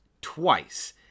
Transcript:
Twice